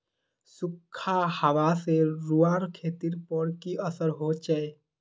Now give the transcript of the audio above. सुखखा हाबा से रूआँर खेतीर पोर की असर होचए?